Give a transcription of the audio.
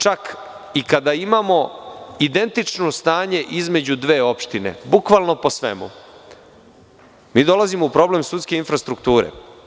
Čak i kada imamo identično stanje između dve opštine, bukvalno po svemu, mi dolazimo u problem sudske infrastrukture.